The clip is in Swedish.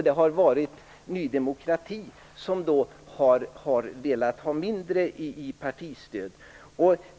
Det var Ny demokrati som ville ha mindre i partistöd.